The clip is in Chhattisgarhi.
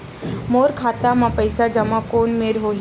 मोर खाता मा पईसा जमा कोन मेर होही?